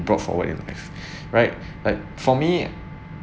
brought forward in life right like for me